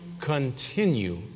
continue